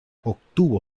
obtuvo